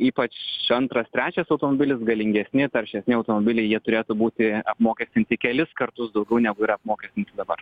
ypač antras trečias automobilis galingesni taršesni automobiliai jie turėtų būti apmokestinti kelis kartus daugiau negu yra apmokestinti dabar